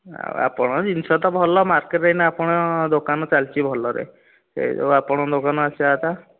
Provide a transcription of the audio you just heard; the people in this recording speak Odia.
ଆଉ ଆପଣଙ୍କ ଜିନିଷ ତ ଭଲ ମାର୍କେଟ୍ରେ ଏଇନା ଆପଣଙ୍କ ଦୋକାନ ଚାଲିଛି ଭଲରେ ସେଇଯୋଗୁଁ ଆପଣଙ୍କ ଦୋକାନକୁ ଆସିବା କଥା